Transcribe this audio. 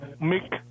Make